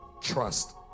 trust